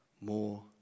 more